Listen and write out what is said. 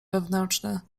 wewnętrzne